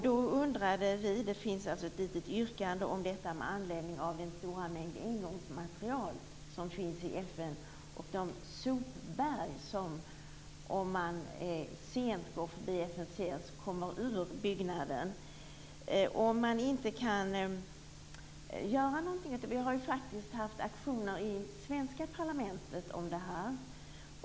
Då undrade vi - det finns ett yrkande om detta - med anledning av den stora mängd engångsmaterial som används i FN och det sopberg som finns om man inte kan göra någonting. Vi har faktiskt haft aktioner i svenska parlamentet om detta.